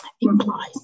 implies